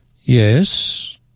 Yes